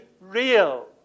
real